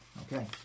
Okay